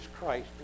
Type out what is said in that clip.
Christ